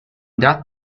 that